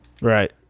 Right